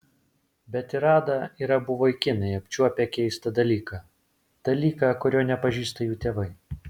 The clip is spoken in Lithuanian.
bet ir ada ir abu vaikinai apčiuopę keistą dalyką dalyką kurio nepažįsta jų tėvai